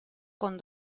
con